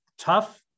tough